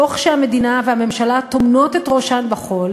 כשהמדינה והממשלה טומנות את ראשן בחול,